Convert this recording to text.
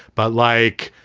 but like,